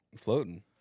Floating